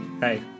Hey